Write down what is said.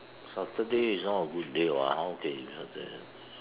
Saturday is not a good day what how can you Saturday